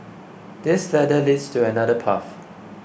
this ladder leads to another path